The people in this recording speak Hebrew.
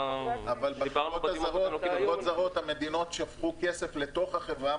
אבל בחרות הזרות המדינות שפכו כסף לתוך החברה.